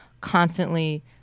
constantly